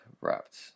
wrapped